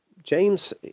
James